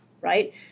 right